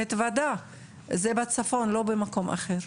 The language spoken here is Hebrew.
מתוודה זה בצפון לא במקום אחר.